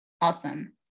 awesome